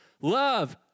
Love